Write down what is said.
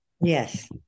Yes